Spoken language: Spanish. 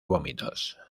vómitos